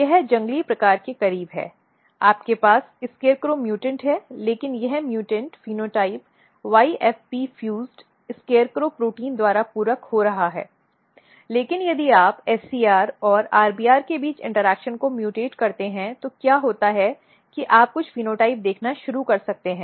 यह जंगली प्रकार के करीब है आपके पास scarecrow म्यूटेंट है लेकिन यह mutant phenotype YFP fused SCARECROW protein द्वारा पूरक हो रहा है लेकिन यदि आप SCR और RBR के बीच इंटरेक्शन को म्यूटेट करते हैं तो क्या होता है कि आप कुछ फ़िनोटाइप देखना शुरू कर सकते हैं